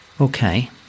Okay